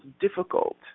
difficult